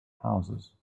houses